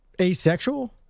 asexual